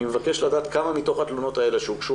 אני מבקש לדעת כמה מתוך התלונות האלה שהוגשו